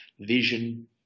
vision